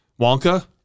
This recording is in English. Wonka